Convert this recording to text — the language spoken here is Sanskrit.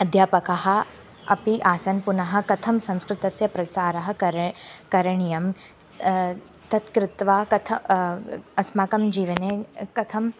अध्यापकः अपि आसन् पुनः कथं संस्कृतस्य प्रचारः करे करणीयं तत् कृत्वा कथम् अस्माकं जीवने कथम्